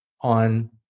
on